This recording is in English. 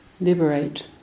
liberate